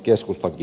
kiitos